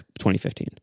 2015